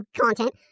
content